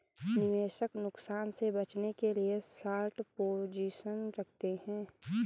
निवेशक नुकसान से बचने के लिए शार्ट पोजीशन रखते है